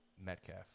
Metcalf